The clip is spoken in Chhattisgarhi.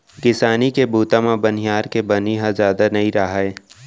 किसानी के बूता म बनिहार के बनी ह जादा नइ राहय